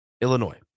Illinois